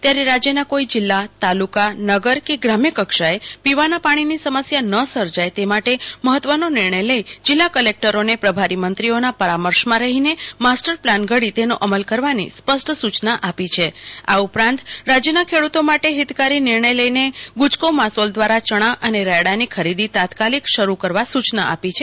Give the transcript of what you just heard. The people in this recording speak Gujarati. ત્યારે રાજયના કોઈ જિલ્લા તાલુકા કે નગર કે ગામ્ય કક્ષાએ પીવાના પાણીનો સમસ્યા ન સર્જાય ત માટે મહત્વનો નિર્ણય લઈ જિલ્લા કલેકટરોને પ્રભારી મંત્રીઓના પરામર્શમાં રહીને માસ્ટર પ્લાન ઘડી તેમનો અમલ કરવાની સ્પષ્ટ સુચના આપી છે આ ઉપરાંત રાજયના ખેડતો માટે હિતકારી નિર્ણય લઈને ગુજકોમાસોલ દવારા ચણા અને રાયડાની ખરીદી તાત્કાલીક શરૂ કરવા સુચના આપી છે